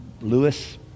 Lewis